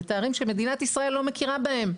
זה תארים שמדינת ישראל לא מכירה בהם.